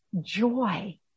joy